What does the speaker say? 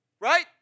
right